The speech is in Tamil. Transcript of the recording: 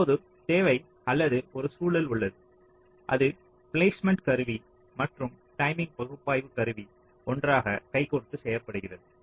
இப்போது தேவை அல்லது ஒரு சூழல் உள்ளது அகு பிளேஸ்மெண்ட் கருவி மற்றும் டைமிங் பகுப்பாய்வு கருவி ஒன்றாக கைகோர்த்து செயல்படுகிறது